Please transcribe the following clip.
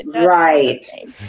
right